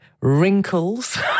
wrinkles